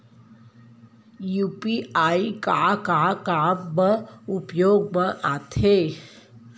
UPI का का काम मा उपयोग मा आथे?